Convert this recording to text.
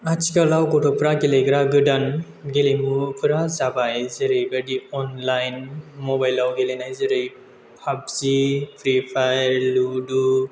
आथिखालाव गथ'फोरा गेलेग्रा गोदान गेलेमुफोरा जाबाय जेरैबायदि अनलाइन मबाइलाव गेलेनाय जेरै पाबजि फ्रिफायार लुड'